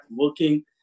working